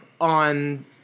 on